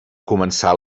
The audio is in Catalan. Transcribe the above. començar